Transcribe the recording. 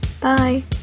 Bye